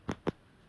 ya